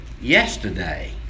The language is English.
yesterday